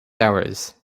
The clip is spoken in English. hours